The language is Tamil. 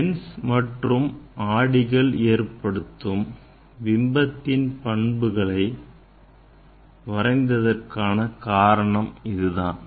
லென்ஸ் மற்றும் ஆடிகள் ஏற்படுத்தும் பிம்பத்தின் பண்புகளை வரைந்ததற்கான காரணம் இதுதான்